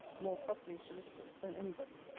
more properly solicitous than any body.